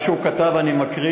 מה שהוא כתב אני מקריא,